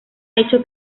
hecho